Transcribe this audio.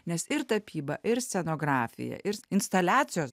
nes ir tapyba ir scenografija ir instaliacijos